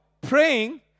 praying